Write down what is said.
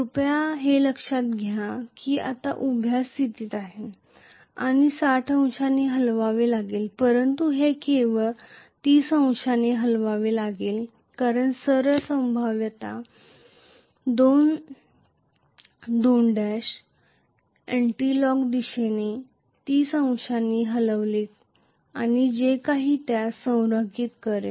कृपया लक्षात घ्या की हे आत्ता उभ्या स्थितीत आहे आणि ते 60 अंशांनी हलवावे लागेल परंतु हे केवळ 30 अंशांनी हलवावे लागेल कारण सर्व संभाव्यतेत 2 2' एंटीकलोक दिशेने 30 अंशांनी हलवेल आणि जे आहे त्यासह संरेखित करेल